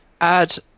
add